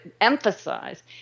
emphasize